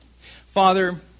Father